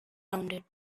rounded